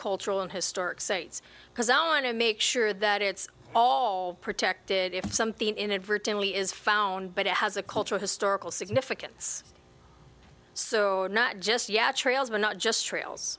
cultural and historic sites because i want to make sure that it's all protected if something inadvertently is found but it has a cultural historical significance so not just yet trails but not just trails